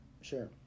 Sure